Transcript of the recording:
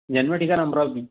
जन्म ठिकाण अमरावती